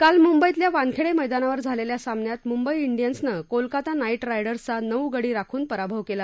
काल मुंबईतल्या वानखेडे मैदानावर झालेल्या सामन्यात मुंबई डियन्सनं कोलकाता नाईट रायडर्सचा नऊ गडी राखून पराभव केला